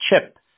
chip